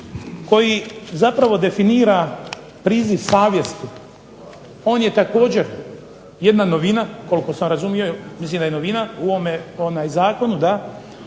koji zapravo definira priziv savjesti. On je također jedna novina, koliko sam razumio, mislim da je novina u ovom zakonu i